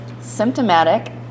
symptomatic